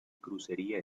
crucería